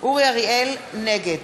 נגד